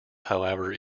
however